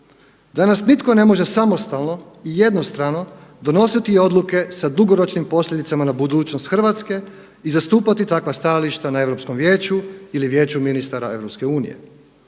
Danas nitko ne može samostalno i jednostrano donositi odluke sa dugoročnim posljedicama na budućnost Hrvatske i zastupati takva stajališta na Europskom vijeću ili Vijeću ministara EU.